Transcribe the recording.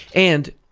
and,